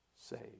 saved